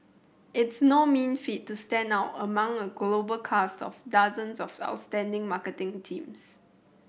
it's no mean feat to stand out among a global cast of dozens of outstanding marketing teams